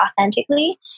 authentically